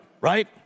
right